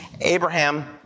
Abraham